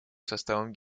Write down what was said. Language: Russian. составом